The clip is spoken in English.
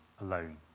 alone